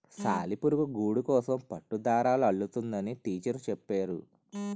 సాలిపురుగు గూడుకోసం పట్టుదారాలు అల్లుతుందని టీచరు చెప్పేరు